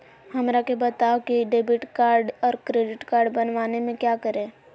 हमरा के बताओ की डेबिट कार्ड और क्रेडिट कार्ड बनवाने में क्या करें?